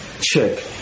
check